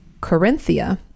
Corinthia